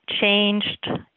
changed